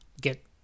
get